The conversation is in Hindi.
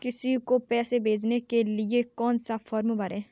किसी को पैसे भेजने के लिए कौन सा फॉर्म भरें?